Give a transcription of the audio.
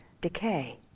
decay